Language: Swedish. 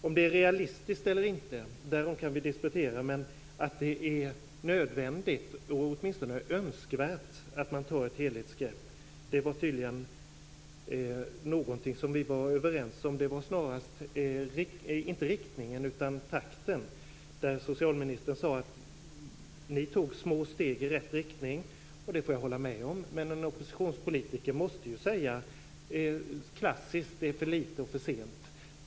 Om det är realistiskt eller inte, därom kan vi disputera. Men att det är nödvändigt eller åtminstone önskvärt att ta ett helhetsgrepp var vi tydligen överens om. Vad det gällde var inte riktningen utan snarare takten. Socialministern sade att ni tog små steg i rätt riktning, och det får jag hålla med om. Men en oppositionspolitiker måste ju säga det klassiska: Det är för litet och för sent.